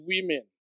women